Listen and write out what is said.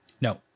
No